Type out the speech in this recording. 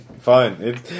Fine